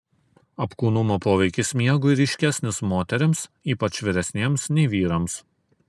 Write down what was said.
apkūnumo poveikis miegui ryškesnis moterims ypač vyresnėms nei vyrams